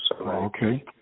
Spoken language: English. Okay